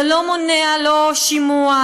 זה לא מונע שימוע,